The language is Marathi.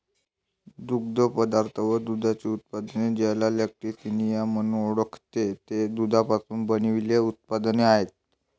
दुग्धजन्य पदार्थ व दुधाची उत्पादने, ज्याला लॅक्टिसिनिया म्हणून ओळखते, ते दुधापासून बनविलेले उत्पादने आहेत